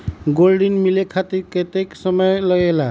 Gold ऋण मिले खातीर कतेइक समय लगेला?